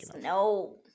no